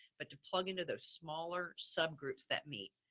but to plug into those smaller subgroups that meet.